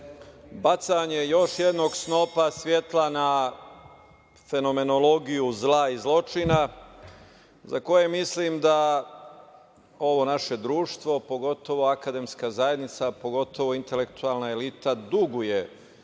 bacanje još jednog snopa svetla na fenomenologiju zla i zločina, za koje mislim da ovo naše društvo, pogotovo akademska zajednica, pogotovo intelektualna elita, duguje